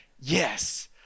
Yes